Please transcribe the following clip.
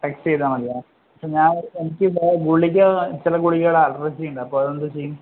text ചെയ്താല് മതി madam അപ്പോള് ഞാൻ എനിക്ക് ഗുളിക ചില ഗുളികകൾ അലർജിയുണ്ട് അപ്പോള് അതെന്തുചെയ്യും